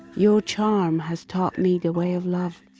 your charm has taught me the way of love.